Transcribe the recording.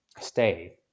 stay